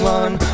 one